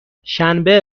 شنبه